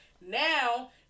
Now